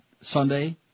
Sunday